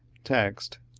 text,